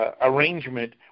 arrangement